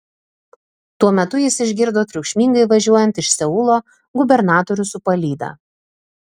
tuo metu jis išgirdo triukšmingai važiuojant iš seulo gubernatorių su palyda